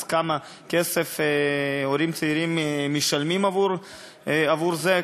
אז כמה כסף הורים צעירים משלמים עבור זה.